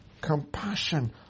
compassion